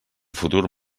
futur